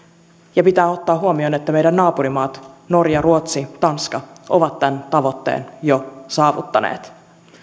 ja pitää ottaa huomioon että meidän naapurimaamme norja ruotsi tanska ovat tämän tavoitteen jo saavuttaneet